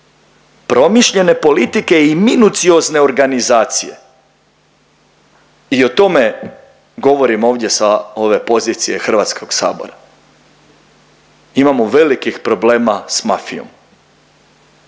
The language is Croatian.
promišljene politike i minuciozne organizacije. I o tome govorim ovdje sa ove pozicije Hrvatskog sabora. Imamo velikog problema sa mafijom.